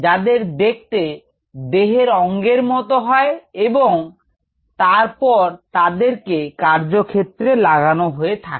যাদের দেখতে দেহের অঙ্গের মত হয় এবং তারপর তাদেরকে কার্যক্ষেত্রে লাগানো হয়ে থাকে